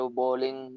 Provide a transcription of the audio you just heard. bowling